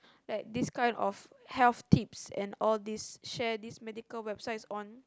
like this kind of health tips and all these share these medical websites on